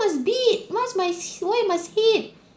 must beat why must why must hit